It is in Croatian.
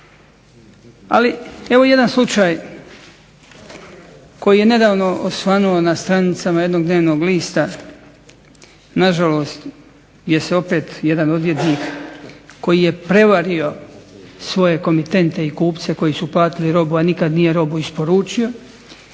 Ali evo jedan slučaj koji je nedavno osvanuo na stranicama jednog dnevnog lista, nažalost jer se opet jedan odvjetnik koji je prevario svoje komitente i kupce koji su platili robu, a nikad nije robu isporučio,